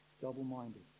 double-minded